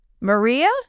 Maria